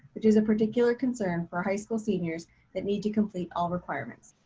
which is a particular concern for high school seniors that need to complete all requirements.